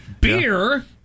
Beer